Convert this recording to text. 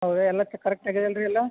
ಹೌದಾ ಎಲ್ಲ ಕರೆಕ್ಟಾಗಿ ಇದೆಯಲ್ಲ ರೀ ಎಲ್ಲ